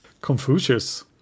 Confucius